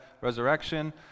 resurrection